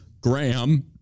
Graham